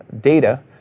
data